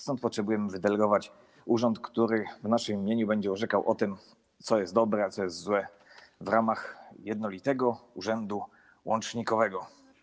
Stąd potrzebujemy wydelegowania urzędu, który w naszym imieniu będzie orzekał o tym, co jest dobre, a co jest złe, w ramach jednolitego urzędu łącznikowego.